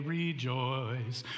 rejoice